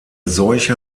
seuche